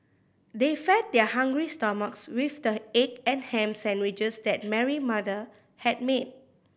they fed their hungry stomachs with the egg and ham sandwiches that Mary mother had made